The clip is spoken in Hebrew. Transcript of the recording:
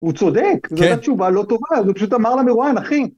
הוא צודק, זאת היתה פשוט תשובה לא טובה, זה הוא פשוט אמר למרואיין, אחי